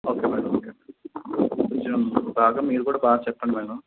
okay madam okay కొంచెం బాగా మీరు కూడా బాగా చెప్పండి మేడం